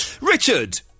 Richard